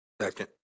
Second